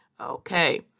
Okay